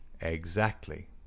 Exactly